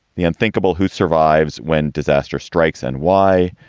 the unthinkable who survives when disaster strikes and why.